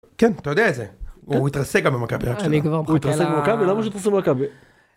כן אתה יודע את זה? הוא יתרסק גם במכבי, רק שתדע. הוא יתרסק במכבי? למה שהוא יתרסק במכבי.